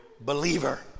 believer